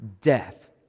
death